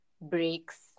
breaks